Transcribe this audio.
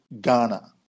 Ghana